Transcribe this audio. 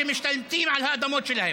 שמשתלטים על האדמות שלהם.